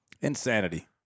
Insanity